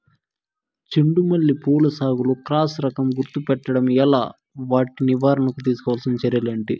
చెండు మల్లి పూల సాగులో క్రాస్ రకం గుర్తుపట్టడం ఎలా? వాటి నివారణకు తీసుకోవాల్సిన చర్యలు ఏంటి?